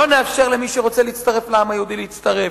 לא נאפשר למי שרוצה להצטרף לעם היהודי להצטרף.